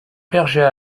berger